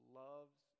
loves